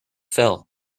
fell